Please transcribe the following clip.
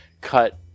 cut